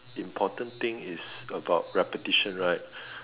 important thing is about repetition right